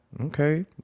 okay